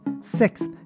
Sixth